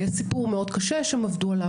סיפור מאוד קשה, שם עבדו עליו.